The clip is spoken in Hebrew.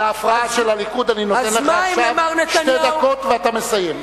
על ההפרעה של הליכוד אני נותן לך עכשיו שתי דקות ואתה מסיים.